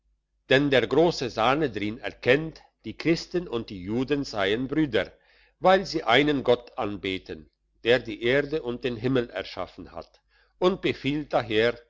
denn der grosse sanhedrin erkennt die christen und die juden seien brüder weil sie einen gott anbeten der die erde und den himmel erschaffen hat und befiehlt daher